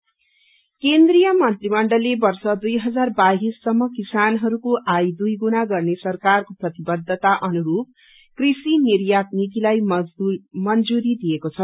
cabinet केन्द्रीय मन्त्रिमण्डलले वर्श दुई हजार बाहिससम्म किसानहरूको आय दुई गुना गर्ने सरकारको प्रतिबद्धता अनुसूप कृशि निर्यात नीतिलाई मंजुरी दिएको छ